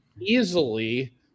Easily